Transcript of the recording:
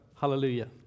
Hallelujah